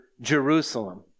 Jerusalem